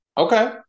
Okay